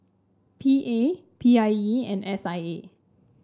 P A P I E and S I A